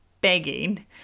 begging